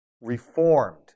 Reformed